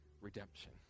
redemption